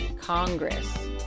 Congress